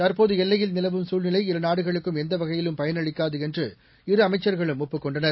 தற்போது எல்லையில் நிலவும் சூழ்நிலை இருநாடுகளுக்கும் எந்த வகையிலும் பயனளிக்காது என்று இரு அமைச்சர்களும் ஒப்புக் கொண்டனர்